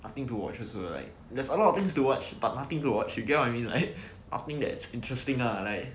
nothing to watch also like there's a lot of things to watch but nothing to watch you get what you mean like asking that interesting lah like